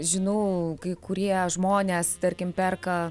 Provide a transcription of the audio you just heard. žinau kai kurie žmonės tarkim perka